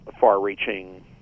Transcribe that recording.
far-reaching